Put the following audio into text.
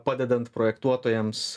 padedant projektuotojams